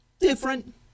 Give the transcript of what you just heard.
different